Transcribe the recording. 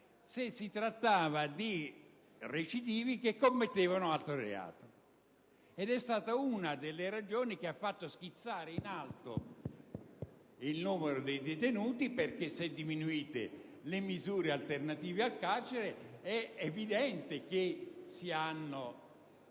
se si trattava di recidivi che commettevano altro reato. Questa è stata una delle ragioni che ha fatto schizzare in alto il numero dei detenuti, perché se vengono diminuite le misure alternative al carcere è evidente che si hanno